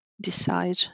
decide